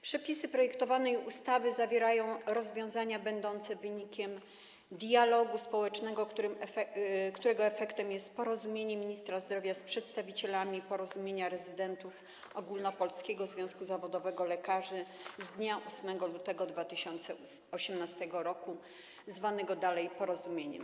Przepisy projektowanej ustawy zawierają rozwiązania będące wynikiem dialogu społecznego, którego efektem jest porozumienie ministra zdrowia z przedstawicielami Porozumienia Rezydentów Ogólnopolskiego Związku Zawodowego Lekarzy z dnia 8 lutego 2018 r., zwanego dalej porozumieniem.